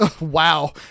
wow